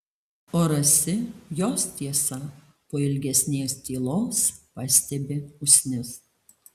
o rasi jos tiesa po ilgesnės tylos pastebi usnis